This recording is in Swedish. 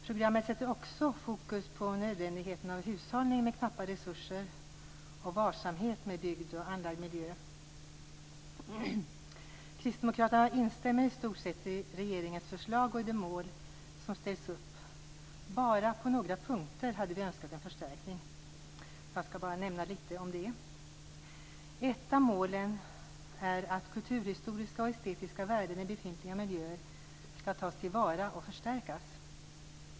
Programmet sätter också fokus på nödvändigheten av hushållning med knappa resurser och varsamhet med bygd och anlagd miljö. Kristdemokraterna instämmer i stort sett i regeringens förslag och i de mål som ställs upp. Bara på några punkter hade vi önskat en förstärkning. Och jag skall nämna litet grand om det. Ett av målen är att kulturhistoriska och estetiska värden i befintliga miljöer skall tas till vara och förstärkas.